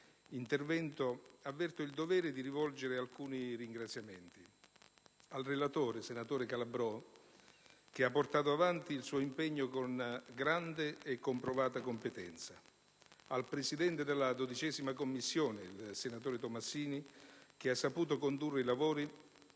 intervento, avverto il dovere di rivolgere alcuni ringraziamenti: al relatore, senatore Calabrò, che ha portato avanti il suo impegno con grande e comprovata competenza, al Presidente della 12a Commissione, il senatore Tomassini, che ha saputo condurre i lavori